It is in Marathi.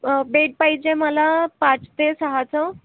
बेड पाहिजे मला पाच ते सहाचं